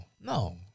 No